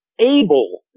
able